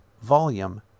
Volume